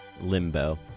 limbo